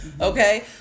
Okay